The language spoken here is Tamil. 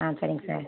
ஆ சரிங்க சார்